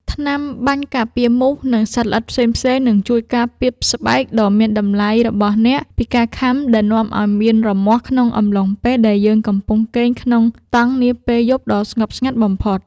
ថ្នាំបាញ់ការពារមូស និង សត្វល្អិតផ្សេងៗនឹងជួយការពារស្បែកដ៏មានតម្លៃរបស់អ្នកពីការខាំដែលនាំឱ្យមានរមាស់ក្នុងអំឡុងពេលដែលយើងកំពុងគេងក្នុងតង់នាពេលយប់ដ៏ស្ងប់ស្ងាត់បំផុត។